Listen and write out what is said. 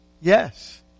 Yes